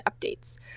updates